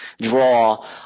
draw